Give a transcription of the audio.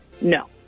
no